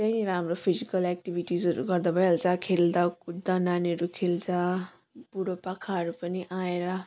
त्यहीँनिर हाम्रो फिजिकल एक्टिभिटिजहरू गर्दा भइहाल्छ खेल्दा कुद्दा नानीहरू खेल्दा बुढोपाकाहरू पनि आएर